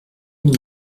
une